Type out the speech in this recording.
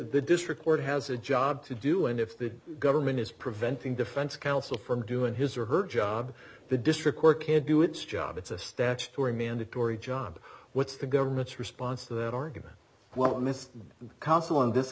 the district court has a job to do and if the government is preventing defense counsel from doing his or her job the district court can do its job it's a statutory mandatory job what's the government's response to that argument what mr consul in this